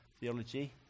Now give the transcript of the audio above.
theology